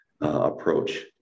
approach